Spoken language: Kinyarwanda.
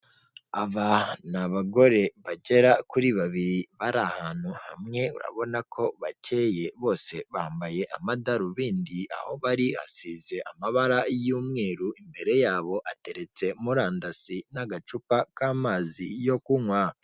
Aba ni abagore bagera kuri babiri, bari ahantu hamwe, urabona ko bakeye bose bambaye amadarubindi, aho bari hasize amabara y'umweru, imbere yabo hateretse murandasi n'agacupa k'amazi yo kunywa.